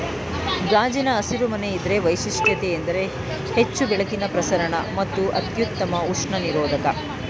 ಗಾಜಿನ ಹಸಿರು ಮನೆ ಇದ್ರ ವೈಶಿಷ್ಟ್ಯತೆಯೆಂದರೆ ಹೆಚ್ಚು ಬೆಳಕಿನ ಪ್ರಸರಣ ಮತ್ತು ಅತ್ಯುತ್ತಮ ಉಷ್ಣ ನಿರೋಧಕ